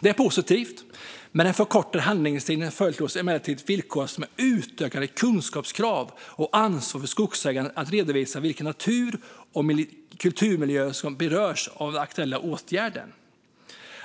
Det är positivt, men den förkortade handläggningstiden föreslås emellertid villkoras med utökade kunskapskrav och utökat ansvar för skogsägare att redovisa vilka natur och kulturmiljövärden som berörs av den aktuella åtgärden.